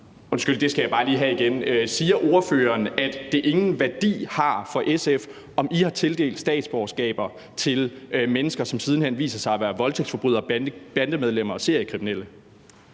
Siger ordføreren, at det ingen værdi har for SF, om I har tildelt statsborgerskaber til mennesker, som siden hen viser sig at være voldtægtsforbrydere, bandemedlemmer og seriekriminelle?